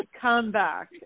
comeback